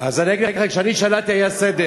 אז אני אגיד לך: כשאני שלטתי היה סדר.